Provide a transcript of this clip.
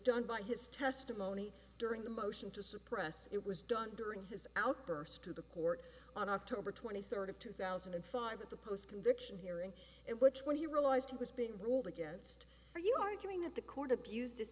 done by his testimony during the motion to suppress it was done during his outburst to the court on october twenty third of two thousand and five at the post conviction hearing and which when he realized he was being ruled against are you arguing that the court abused